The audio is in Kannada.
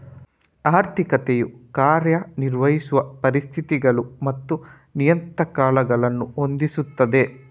ಆರ್ಥಿಕತೆಯು ಕಾರ್ಯ ನಿರ್ವಹಿಸುವ ಪರಿಸ್ಥಿತಿಗಳು ಮತ್ತು ನಿಯತಾಂಕಗಳನ್ನು ಹೊಂದಿಸುತ್ತದೆ